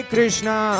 Krishna